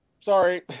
Sorry